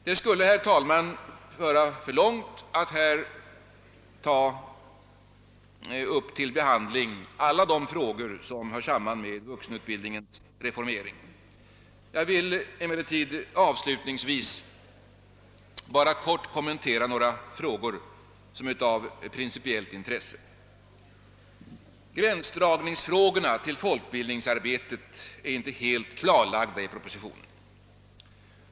Det skulle, herr talman, föra för långt att här till behandling ta upp alla de frågor som hör samman med vuxenutbildningens reformering. Jag vill emellertid avslutningsvis endast kort kommentera några frågor som är av principiellt intresse. Gränsdragningsfrågorna = till — folkbildningsarbetet är inte helt klarlagda i propositionen.